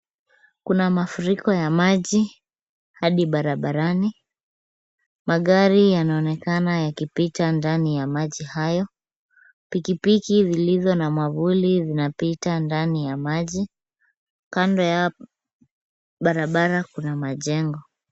Kuna mafuriko ya maji hadi barabarani, magari yanaonekana yakipita ndani ya maji hayo, pikipiki zilizo na mwavuli zinapita ndani ya maji. Kando ya barabara kuna majengo.